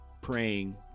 praying